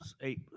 Eight